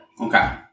Okay